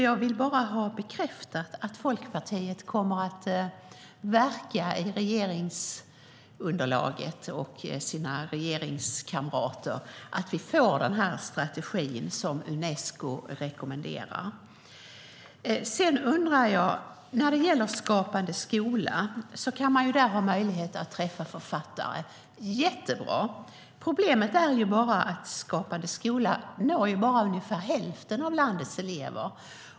Jag vill bara ha bekräftat att Folkpartiet kommer att verka bland sina regeringskamrater för att vi ska få den strategi som Unesco rekommenderar. Inom Skapande skola har man möjlighet att träffa författare. Det är jättebra. Problemet är att Skapande skola bara når ungefär hälften av landets elever.